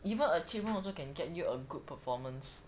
even a cheap one also can get you a good performance